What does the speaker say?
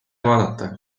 vaadata